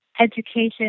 education